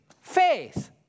faith